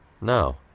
No